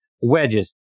wedges